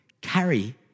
carry